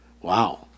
Wow